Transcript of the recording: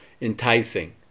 enticing